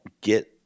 get